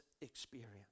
experience